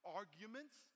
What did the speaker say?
arguments